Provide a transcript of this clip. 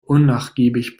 unnachgiebig